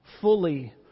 fully